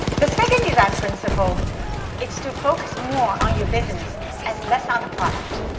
the second design principle is to focus more on your business and less on the product.